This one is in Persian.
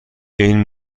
این